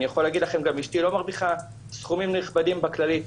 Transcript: אני יכול להגיד לכם גם שאשתי לא מרוויחה סכומים נכבדים בכללי,